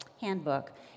handbook